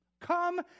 Come